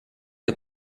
que